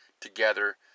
together